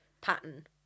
pattern